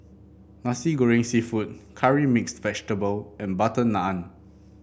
Nasi Goreng seafood Curry Mixed Vegetable and butter naan